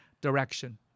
direction